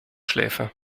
schläfe